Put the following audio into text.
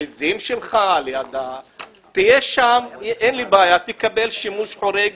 העיזים שלך תהיה שם, אין לי בעיה, תקבל שימוש חורג